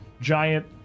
giant